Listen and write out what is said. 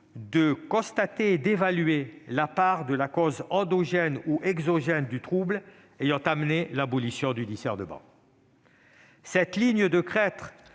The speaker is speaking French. de constater et d'évaluer la part de la cause endogène ou exogène du trouble ayant conduit à l'abolition du discernement ? Cette ligne de crête